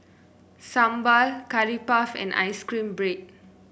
sambal Curry Puff and ice cream bread